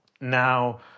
Now